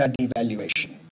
devaluation